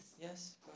Yes